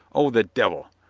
oh, the devil!